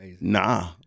nah